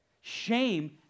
Shame